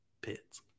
pits